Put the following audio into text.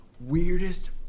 Weirdest